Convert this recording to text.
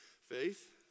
Faith